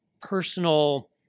personal